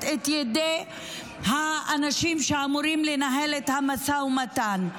את ידי האנשים שאמורים לנהל את המשא ומתן.